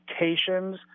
locations